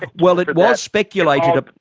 and well it was speculated, ah